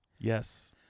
Yes